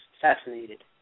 assassinated